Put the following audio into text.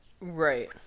Right